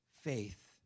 faith